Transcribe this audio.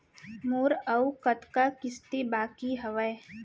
मोर अऊ कतका किसती बाकी हवय?